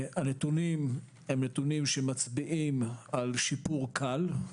הנתונים מצביעים על שיפור קל,